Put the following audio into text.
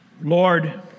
Lord